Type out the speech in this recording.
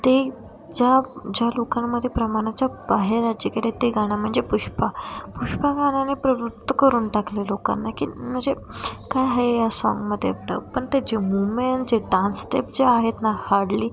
ते ज्या ज्या लोकांमध्ये प्रमाणाच्या बाहेर राज्य केलं ते गाणं म्हणजे पुष्पा पुष्पा गाण्याने प्रवृत्त करून टाकले लोकांना की म्हणजे काय आहे या साँगमध्ये पण त्याचे मुवमेंट जे डान्स स्टेप जे आहेत ना हाडली